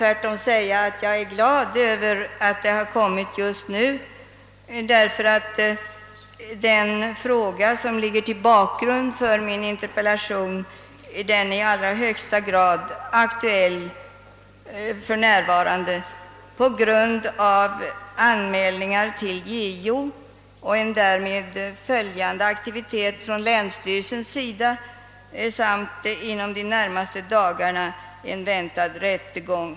Tvärtom är jag glad över att det har lämnats just nu, eftersom den fråga som föranledde min interpellation för närvarande är i allra högsta grad aktuell på grund av anmälningar till JO och en därmed följande aktivitet från länsstyrelsen samt en inom de närmaste dagarna väntad rättegång.